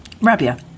Rabia